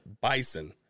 bison